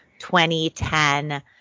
2010